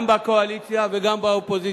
גם בקואליציה וגם באופוזיציה,